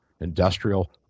Industrial